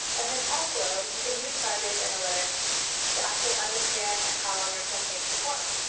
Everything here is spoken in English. and then also you can use firebase analytics to actually understand how your campaigns performed.